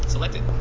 Selected